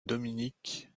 dominique